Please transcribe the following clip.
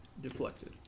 deflected